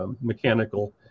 mechanical